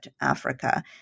Africa